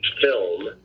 film